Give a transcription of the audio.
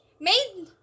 made